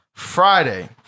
Friday